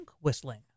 whistling